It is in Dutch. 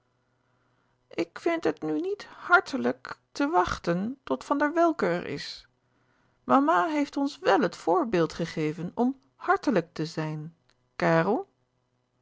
ik vind het nu niet hàrtelijk te wachten tot van der welcke er is mama heeft ons wèl het voorbeeld gegeven om hàrtelijk te zijn kàrel